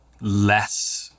less